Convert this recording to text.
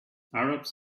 arabs